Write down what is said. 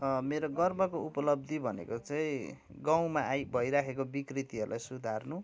मेरो गर्वको उपलब्धि भनेको चाहिँ गाउँमा आई भइराखेको विकृतिहरूलाई सुधार्नु